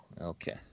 okay